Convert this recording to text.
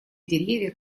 деревьев